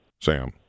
sam